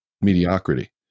mediocrity